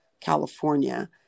California